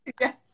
Yes